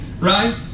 Right